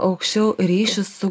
aukščiau ryšius su